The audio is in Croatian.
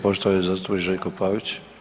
poštovani zastupnik Željko Pavić.